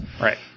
Right